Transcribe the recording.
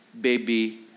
baby